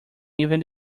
even